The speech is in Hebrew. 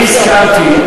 אני הסכמתי,